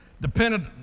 dependent